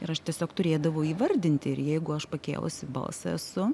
ir aš tiesiog turėdavau įvardinti ir jeigu aš pakėlusi balsą esu